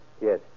Yes